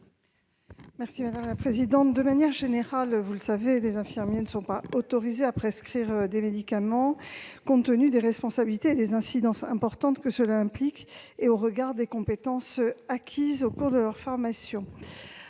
l'avis du Gouvernement ? De manière générale, vous le savez, les infirmiers ne sont pas autorisés à prescrire des médicaments compte tenu des responsabilités et des incidences importantes que cela implique et au regard des compétences acquises au cours de leur formation.